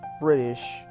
British